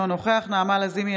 אינו נוכח נעמה לזימי,